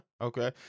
okay